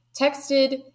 texted